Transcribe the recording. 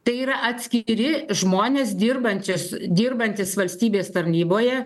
tai yra atskiri žmonės dirbančius dirbantys valstybės tarnyboje